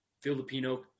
Filipino